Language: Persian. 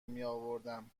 میاوردم